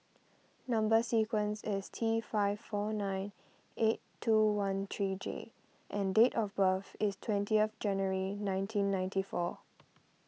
Number Sequence is T five four nine eight two one three J and date of birth is twentieth January nineteen ninety four